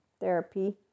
therapy